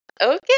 Okay